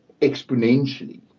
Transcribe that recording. exponentially